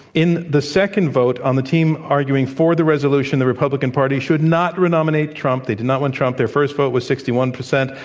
in the second vote, on the team arguing for the resolution, the republican party should not re-nominate trump, they did not want trump, the first vote was sixty one percent,